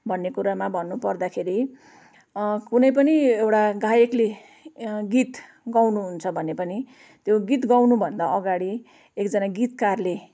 भन्ने कुरामा भन्नुपर्दाखेरि कुनै पनि एउटा गायकले गीत गाउनु हुन्छ भने पनि त्यो गीत गाउनुभन्दा अगाडि एकजना गीतकारले